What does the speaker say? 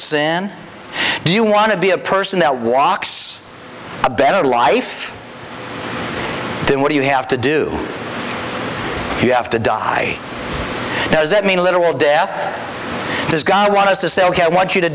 do you want to be a person that walks a better life then what do you have to do you have to die does that mean literal death does god want us to say ok i want you to